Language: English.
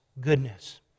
goodness